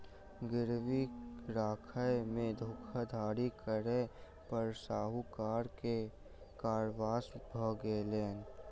गिरवी राखय में धोखाधड़ी करै पर साहूकार के कारावास भ गेलैन